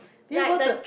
do you go to